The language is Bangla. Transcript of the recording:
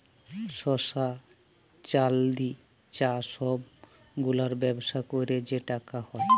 সলা, চাল্দি, চাঁ ছব গুলার ব্যবসা ক্যইরে যে টাকা হ্যয়